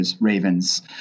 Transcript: Ravens